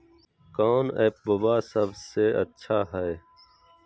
कौन एप्पबा सबसे अच्छा हय?